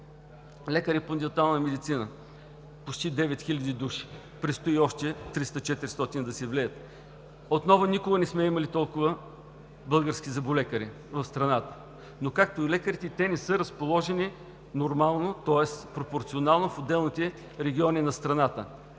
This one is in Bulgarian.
Лекари по дентална медицина – почти 9000 души, предстои още 300 – 400 да се влеят. Отново никога не сме имали толкова български зъболекари в страната. Но както лекарите, и те не са разположени нормално, тоест пропорционално в отделните региони в страната.